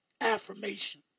affirmation